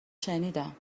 شنیدم